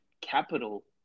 capital